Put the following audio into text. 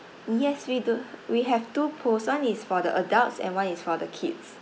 yes we do we have two pools one is for the adults and one is for the kids